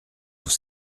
tous